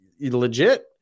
legit